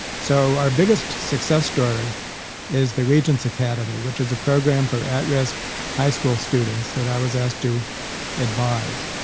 so our biggest success story is the regents academy, which is a program for at-risk high school students that i was asked to advise.